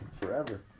Forever